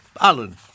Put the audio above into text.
Alan